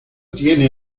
tiene